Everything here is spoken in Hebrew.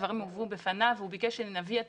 הדברים הובאו בפניו והוא ביקש שנביא את